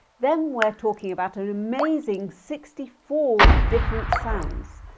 then were talking about an amazing sixty four different sounds.